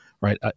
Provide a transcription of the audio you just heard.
right